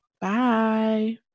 Bye